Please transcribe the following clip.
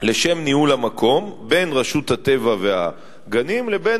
לשם ניהול המקום בין רשות הטבע והגנים לבין